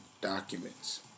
documents